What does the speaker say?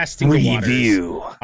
Review